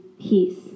Peace